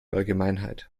allgemeinheit